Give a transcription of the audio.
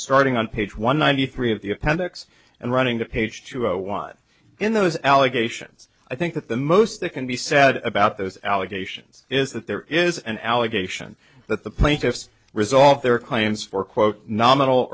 starting on page one ninety three of the appendix and running to page two zero one in those allegations i think that the most that can be said about those allegations is that there is an allegation that the plaintiffs result their clients for quote nominal